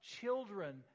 children